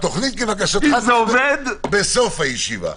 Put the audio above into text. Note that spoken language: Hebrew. תוכנית כבקשתך בסוף הישיבה.